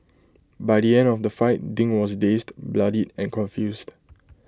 by the end of the fight ding was dazed bloodied and confused